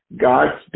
God's